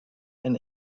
and